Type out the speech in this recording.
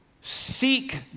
seek